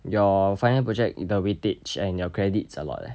your final project the weightage and your credits a lot leh